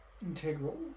integral